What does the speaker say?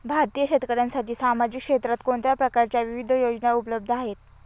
भारतीय शेतकऱ्यांसाठी सामाजिक क्षेत्रात कोणत्या प्रकारच्या विविध योजना उपलब्ध आहेत?